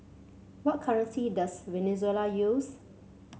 what currency does Venezuela use